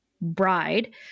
bride